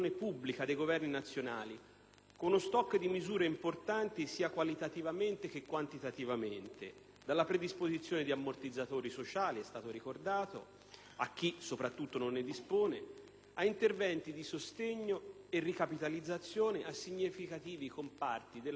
con uno *stock* di misure importanti sia qualitativamente che quantitativamente: dalla predisposizione di ammortizzatori sociali - come è stato ricordato - soprattutto a chi non ne dispone ad interventi di sostegno e ricapitalizzazione a significativi comparti della produzione e del credito.